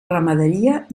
ramaderia